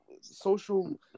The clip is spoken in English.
social